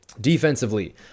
defensively